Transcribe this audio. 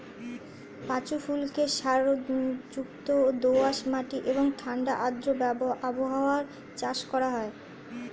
পাঁচু ফুলকে সারযুক্ত দোআঁশ মাটি এবং ঠাণ্ডা ও আর্দ্র আবহাওয়ায় চাষ করা হয়